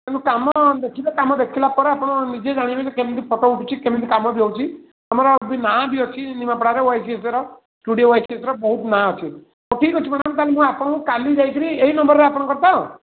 କିନ୍ତୁ କାମ ଦେଖିବେ କାମ ଦେଖିଲା ପରେ ଆପଣ ନିଜେ ଜାଣିବେନି କେମିତି ଫଟୋ ଉଠୁଛି କେମିତି କାମ ବି ହଉଛି ଆମର ବି ନାଁ ବି ଅଛି ନିମାପଡ଼ାରେ ୱାଇକେସିର ଷ୍ଟୂଡ଼ିଓ ୱାଇକେସିର ବହୁତ୍ ନାଁ ଅଛି ହଉ ଠିକ୍ ଅଛି ମ୍ୟାଡ଼ାମ୍ ତାହେଲେ ମୁଁ ଆପଣଙ୍କୁ କାଲି ଯାଇକରି ଏଇ ନମ୍ବରରେ ଆପଣଙ୍କର ତ